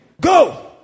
go